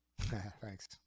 thanks